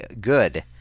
good